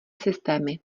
systémy